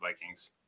Vikings